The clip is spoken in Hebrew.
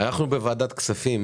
אנחנו בוועדת כספים